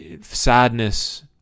sadness